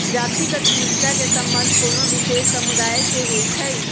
जातिगत उद्यमिता के संबंध कोनो विशेष समुदाय से होइ छै